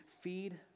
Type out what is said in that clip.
feed